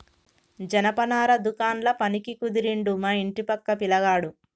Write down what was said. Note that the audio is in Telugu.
జనపనార దుకాండ్ల పనికి కుదిరిండు మా ఇంటి పక్క పిలగాడు